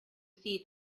see